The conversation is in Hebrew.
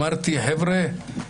אמרתי: חבר'ה,